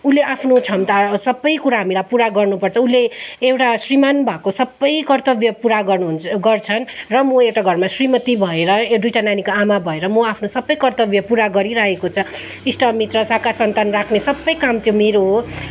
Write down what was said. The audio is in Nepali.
उसले आफ्नो क्षमता सबै कुरा हामीलाई पुरा गर्नुपर्छ उसले एउटा श्रीमान् भएको सप्पै कर्त्तव्य पुरा गर्नुहुन्छ गर्छन् र म यता घरमा श्रीमती भएर दुइटा नानीको आमा भएर म आफ्नो सबै कर्त्तव्य पुरा गरिरहेको छ इष्टमित्र शाखा सन्तान राख्ने सबै काम त्यो मेरो हो